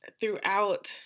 throughout